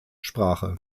sprache